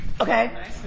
okay